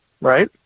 right